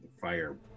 fire